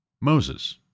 Moses